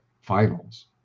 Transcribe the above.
finals